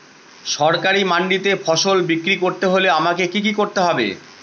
সরকারি মান্ডিতে ফসল বিক্রি করতে হলে আমাকে কি কি করতে হবে?